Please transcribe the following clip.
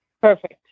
perfect